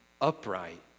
upright